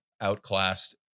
outclassed